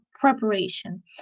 preparation